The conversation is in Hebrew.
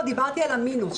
דיברתי על מינוס,